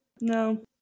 no